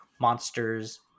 monsters